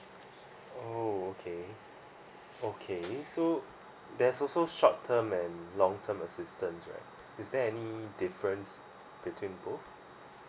oh okay okay so there is also short term and long term assistant right is there any difference between both